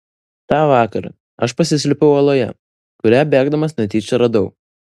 tą vakarą aš pasislėpiau uoloje kurią bėgdamas netyčia radau